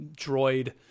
droid